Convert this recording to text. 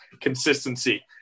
consistency